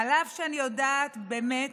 אף שאני יודעת, באמת,